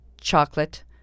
chocolate